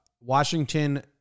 Washington